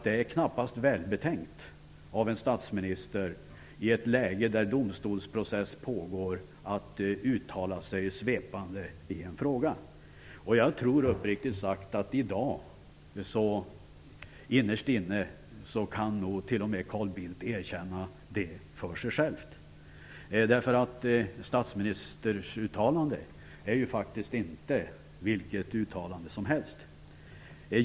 Det är knappast välbetänkt av en statsminister att uttala sig svepande i en fråga i ett läge då domstolsprocess pågår. Jag tror uppriktigt sagt att t.o.m. Carl Bildt i dag innerst inne kan erkänna det för sig själv. Ett statsministeruttalande är faktiskt inte vilket uttalande som helst.